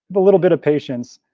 but little bit of patience.